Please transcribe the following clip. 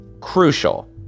crucial